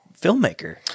filmmaker